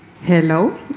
Hello